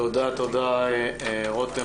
תודה, תודה, רותם.